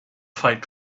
fight